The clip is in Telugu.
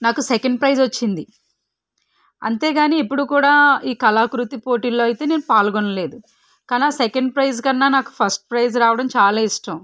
నాకు సెకెండ్ ప్రైజ్ వచ్చింది అంతేకానీ ఎప్పుడూ కూడా ఈ కళాకృతి పోటీల్లో అయితే నేను పాల్గొనలేదు కానీ ఆ సెకెండ్ ప్రైజ్ కన్నా నాకు ఫస్ట్ ప్రైజ్ రావడం చాలా ఇష్టం